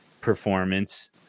performance